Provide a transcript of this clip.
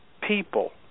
people